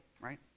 right